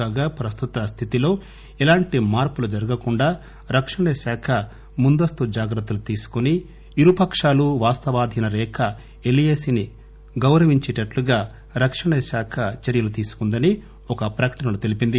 కాగా ప్రస్తుత స్దితిలో ఎలాంటి మార్పులు జరగకుండా రక్షణశాఖ జాగ్రత్తలు తీసుకుని ణరుపకాలు వాస్తవాధీన రేఖ ఎల్ ఎ సి ని గౌరవించేటట్లుగా రక్షణశాఖ చర్యలు తీసుకుందని ఒక ప్రకటనలో తెలిపింది